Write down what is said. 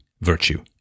virtue